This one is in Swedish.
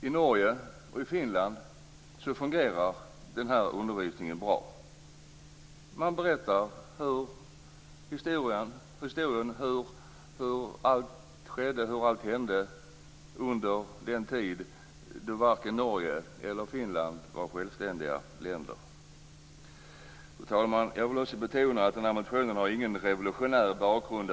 I Norge och Finland fungerar denna undervisning bra. Man berättar historien om allt som skedde under den tid då varken Norge eller Finland var självständiga länder. Fru talman! Jag vill också betona att denna motion inte har någon revolutionär bakgrund.